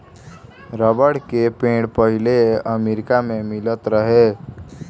rubber के पेड़ पहिले अमेरिका मे मिलत रहे